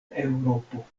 eŭropo